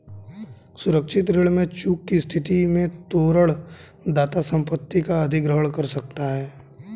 सुरक्षित ऋण में चूक की स्थिति में तोरण दाता संपत्ति का अधिग्रहण कर सकता है